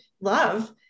love